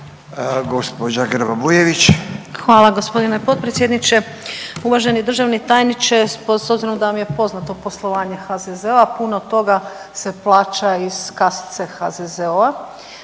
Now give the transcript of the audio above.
Hvala gospodine potpredsjedniče. Uvaženi državni tajniče s obzirom da vam je poznato poslovanje HZZO-a puno toga se plaća iz kasice HZZO-a.